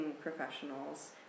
professionals